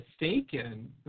mistaken